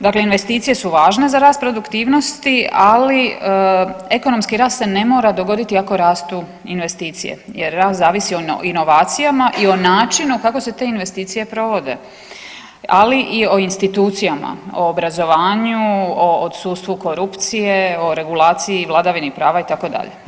Dakle, investicije su važne za rast produktivnosti, ali ekonomski rast se ne mora dogoditi ako rastu investicije jer rast zavisi o inovacijama i o načinu kako se te investicije provode, ali i o institucijama, o obrazovanju, o odsustvu korupcije, o regulaciji i vladavini prava itd.